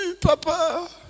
Papa